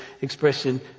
expression